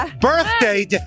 birthday